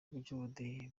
by’ubudehe